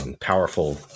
powerful